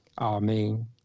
Amen